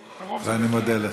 ואני מודה לך.